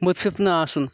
مُتفف نہٕ آسُن